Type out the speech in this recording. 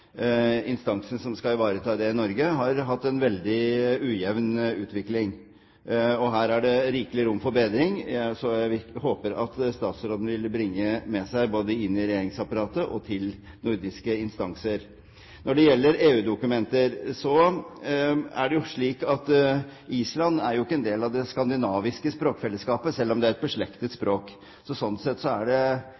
i Norge, har hatt en veldig ujevn utvikling. Her er det rikelig rom for bedring, og jeg håper at statsråden vil bringe det med seg både inn i regjeringsapparatet og til nordiske instanser. Når det gjelder EU-dokumenter, er det jo slik at Island ikke er en del av det skandinaviske språkfellesskapet, selv om språket er beslektet.